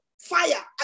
fire